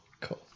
Cool